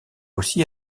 aussi